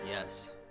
yes